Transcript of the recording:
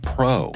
Pro